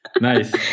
Nice